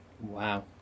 Wow